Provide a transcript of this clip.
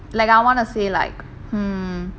like I want to say like hmm